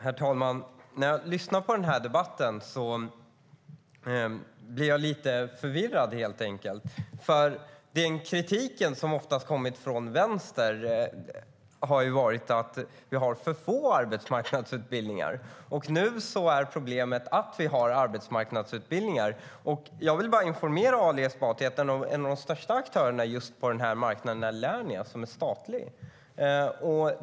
Herr talman! När jag lyssnar på debatten blir jag helt enkelt lite förvirrad. Den kritik som oftast kommit från Vänstern är att vi har för få arbetsmarknadsutbildningar. Nu är problemet att vi har arbetsmarknadsutbildningar. Jag vill informera Ali Esbati om att en av de största aktörerna på den här marknaden är Lernia, som är statligt.